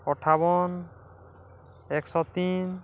ଅଠାବନ ଏକ୍ଶ ତିନ୍